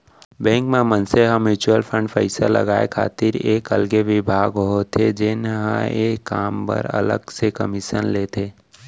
bank म मनसे ह म्युचुअल फंड पइसा लगाय खातिर एक अलगे बिभाग होथे जेन हर ए काम बर अलग से कमीसन लेथे